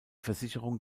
versicherung